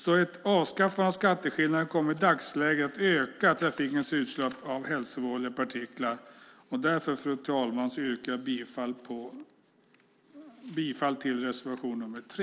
Ett avskaffande av skatteskillnaden kommer i dagsläget således att öka trafikens utsläpp av hälsovådliga partiklar. Därför, fru talman, yrkar jag bifall till reservation 3.